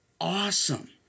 awesome